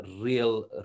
real